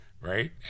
Right